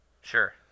Sure